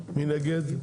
מי נגד?